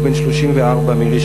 הוא בן 34 מראשון-לציון.